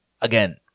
again